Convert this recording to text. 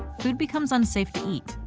food becomes unsafe to eat.